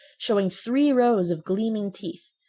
showing three rows of gleaming teeth,